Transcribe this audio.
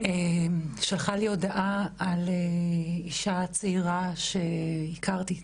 שלחה לי הודעה על אישה צעירה שהכרתי.